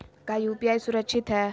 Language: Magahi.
की यू.पी.आई सुरक्षित है?